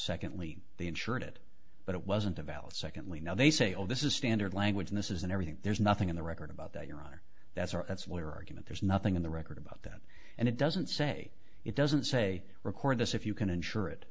secondly they ensured it but it wasn't a valid secondly now they say oh this is standard language in this isn't everything there's nothing in the record about that your honor that's our that's where argument there's nothing in the record about that and it doesn't say it doesn't say record this if you can insure it